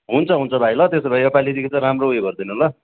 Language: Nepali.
हुन्छ हुन्छ भाइ ल त्यसो भए यो पालिदेखि राम्रो उयो गरिदिनु ल